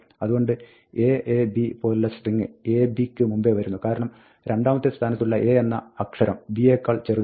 അതുകൊണ്ട് aab പോലുള്ള string ab ക്ക് മുമ്പേ വരുന്നു കാരണം രണ്ടാമത്തെ സ്ഥാനത്തുള്ള a എന്ന അക്ഷരം b യേക്കാൾ ചെറുതാണ്